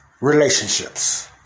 relationships